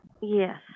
Yes